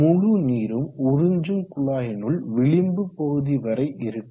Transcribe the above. முழு நீரும் உறிஞ்சும் குழாயினுள் விளிம்பு பகுதி வரை இருக்கும்